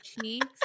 cheeks